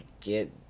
get